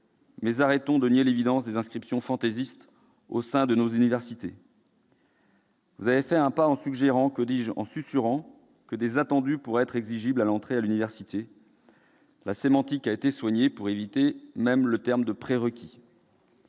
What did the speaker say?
Mais cessons de nier l'évidence des inscriptions fantaisistes au sein de nos universités ! Vous avez fait un pas en suggérant- que dis-je, en susurrant ! -que des attendus pourraient être exigibles à l'entrée à l'université. La sémantique a été soignée pour éviter même le terme de prérequis